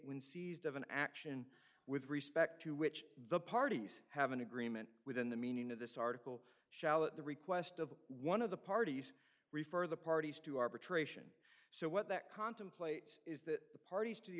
when seized of an action with respect to which the parties have an agreement within the meaning of this article shall at the request of one of the parties refer the parties to arbitration so what that contemplates is that the parties to the